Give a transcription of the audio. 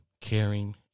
caring